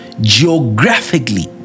geographically